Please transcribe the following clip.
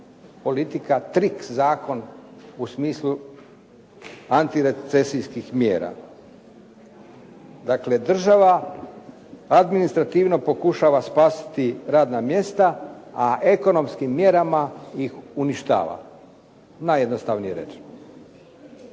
politika trik zakon u smislu antirecesijskih mjera. Dakle, država administrativno pokušava spasiti radna mjesta a ekonomskim mjerama ih uništava, najjednostavnije rečeno.